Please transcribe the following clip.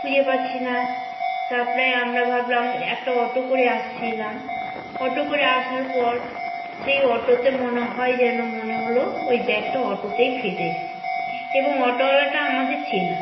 খুঁজে পাচ্ছি না তারপরে আমরা ভাবলাম একটা অটো করে আসছিলাম অটো করে আসার পর সেই অটোতে মনে হয় যেন মনে হলো ওই ব্যাগটা অটোতেই ফেলে এসছি এবং অটোয়ালাটা আমাদের চেনা